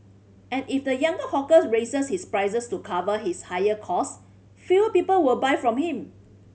and if the younger hawkers raises his prices to cover his higher cost few people will buy from him